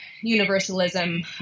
universalism